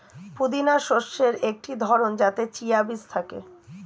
পুদিনা শস্যের একটি ধরন যাতে চিয়া বীজ হয়